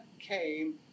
came